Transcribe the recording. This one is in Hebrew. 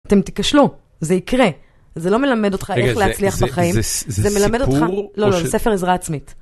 אתם תיכשלו, זה יקרה, זה לא מלמד אותך איך להצליח בחיים, זה מלמד אותך, רגע זה סיפור או שזה..? לא, לא, זה ספר עזרה עצמית.